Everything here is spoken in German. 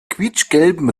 quietschgelben